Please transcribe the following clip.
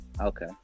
okay